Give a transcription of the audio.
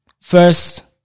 first